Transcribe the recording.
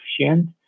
coefficient